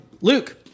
Luke